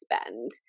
spend